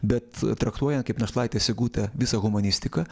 bet traktuojant kaip našlaitę sigutę visą humanistiką